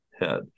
head